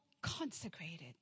consecrated